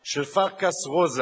של פארקס רוזה.